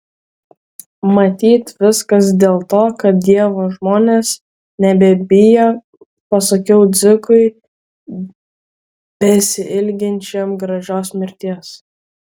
matyt viskas dėl to kad dievo žmonės nebebijo pasakiau dzikui besiilginčiam gražios mirties